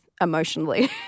emotionally